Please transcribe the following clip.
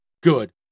good